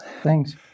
Thanks